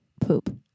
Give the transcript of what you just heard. Poop